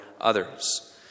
others